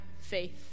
faith